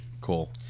Cool